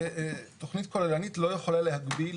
תכנית כוללנית לא יכולה להגביל